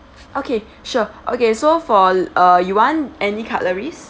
okay sure okay so for uh you want any cutleries